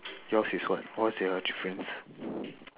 yours is what what's your difference